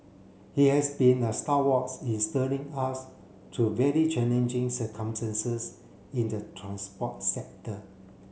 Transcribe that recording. he has been a in steering us through very challenging circumstances in the transport sector